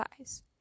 eyes